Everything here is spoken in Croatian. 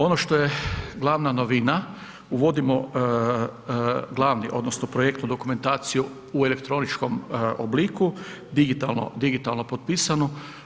Ono što je glavna novina, uvodimo glavni, odnosno projektnu dokumentaciju elektroničkom obliku digitalno potpisanu.